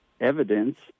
evidence